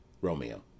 Romeo